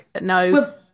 no